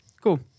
Cool